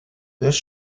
these